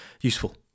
useful